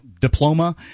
diploma